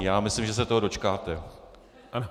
Já myslím, že se toho dočkáte.